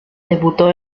debutó